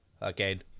again